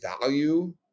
value